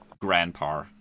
Grandpa